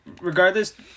regardless